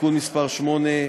(תיקון מס׳ 8),